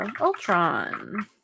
Ultron